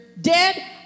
Dead